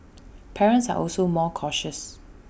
parents are also more cautious